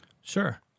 sure